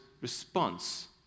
response